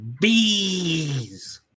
bees